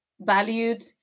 valued